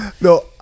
No